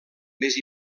més